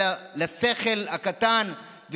אלא לשכל הקטן,